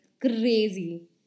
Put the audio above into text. crazy